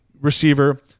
receiver